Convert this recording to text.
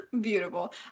Beautiful